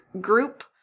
group